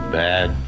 bad